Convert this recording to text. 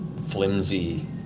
flimsy